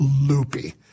loopy